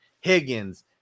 Higgins